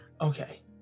Okay